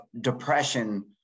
depression